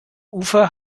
ufer